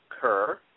Kerr